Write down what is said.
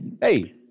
Hey